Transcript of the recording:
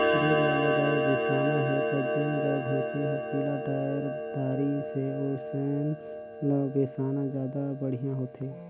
दूद वाला गाय बिसाना हे त जेन गाय, भइसी हर पिला डायर दारी से ओइसन ल बेसाना जादा बड़िहा होथे